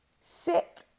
sick